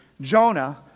jonah